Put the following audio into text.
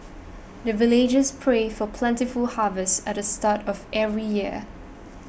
the villagers pray for plentiful harvest at the start of every year